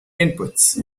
inputs